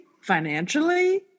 financially